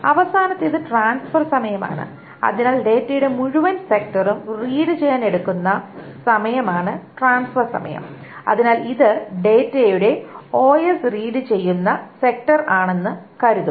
അവസാനത്തേത് ട്രാൻസ്ഫർ സമയമാണ് അതിനാൽ ഡാറ്റയുടെ മുഴുവൻ സെക്ടറും റീഡ് ചെയ്യാൻ എടുക്കുന്ന സമയമാണ് ട്രാൻസ്ഫർ സമയം അതിനാൽ ഇത് ഡാറ്റയുടെ ഒഎസ് റീഡ് ചെയ്യേണ്ടുന്ന സെക്ടർ ആണെന്ന് കരുതുക